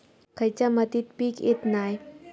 खयच्या मातीत पीक येत नाय?